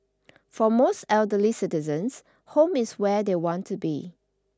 for most elderly citizens home is where they want to be